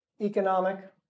economic